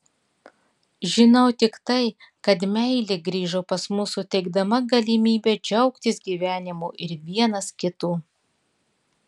žinau tik tai kad meilė grįžo pas mus suteikdama galimybę džiaugtis gyvenimu ir vienas kitu